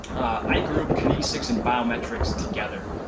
i group kinesics and biometrics together.